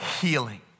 healing